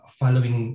following